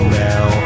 now